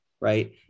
right